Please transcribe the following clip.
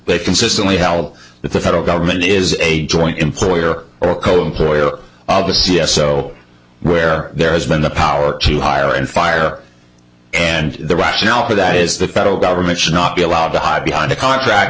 they consistently help the federal government is a joint employer or a coal employer of a c s o where there has been the power to hire and fire and the rationale for that is the federal government should not be allowed to hide behind a contract